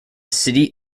city